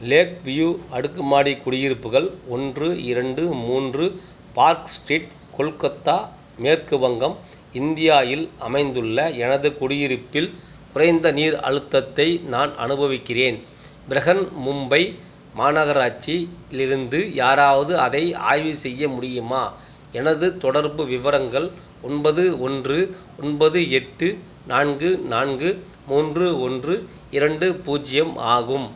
lakh view அடுக்குமாடி குடியிருப்புகள் ஒன்று இரண்டு மூன்று பார்க் ஸ்ட்ரீட் கொல்கத்தா மேற்கு வங்கம் இந்தியா இல் அமைந்துள்ள எனது குடியிருப்பில் குறைந்த நீர் அழுத்தத்தை நான் அனுபவிக்கிறேன் பிரஹன் மும்பை மாநகராட்சி லிருந்து யாராவது அதை ஆய்வு செய்ய முடியுமா எனது தொடர்பு விவரங்கள் ஒன்பது ஒன்று ஒன்பது எட்டு நான்கு நான்கு மூன்று ஒன்று இரண்டு பூஜ்ஜியம் ஆகும்